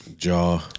Jaw